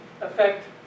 affect